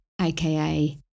aka